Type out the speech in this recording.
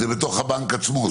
זה בתוך הבנק עצמו.